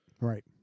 Right